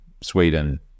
sweden